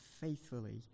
faithfully